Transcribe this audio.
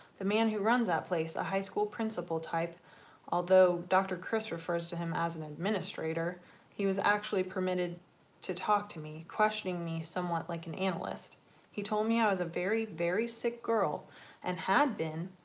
the man who runs that place a high school principal type although dr. kris refers to him as administrator he was actually permitted to talk to me questioning me somewhat like an analyst he told me i was a very very sick girl and had been